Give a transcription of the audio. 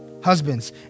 Husbands